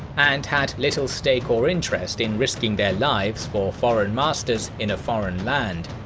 and had little stake or interest in risking their lives for foreign masters in a foreign land.